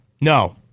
No